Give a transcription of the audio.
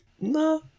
No